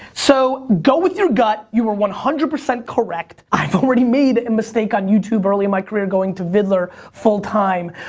so go with your gut, you were one hundred percent correct. i've already made a mistake on youtube early in my career going to viddler full-time.